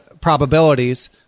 probabilities